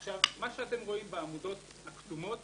מה שאתם רואים בעמודות הכתומות